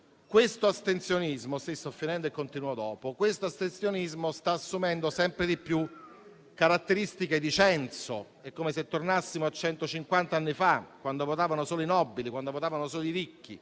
questo astensionismo sta assumendo sempre di più caratteristiche di censo. È come se tornassimo a centocinquant'anni fa, quando votavano solo i nobili, solo i ricchi.